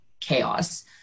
chaos